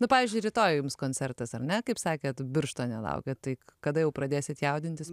nu pavyzdžiui rytoj jums koncertas ar ne kaip sakėt birštone laukia tai kada jau pradėsit jaudintis